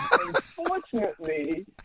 Unfortunately